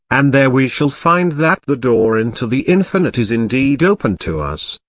and there we shall find that the door into the infinite is indeed opened to us,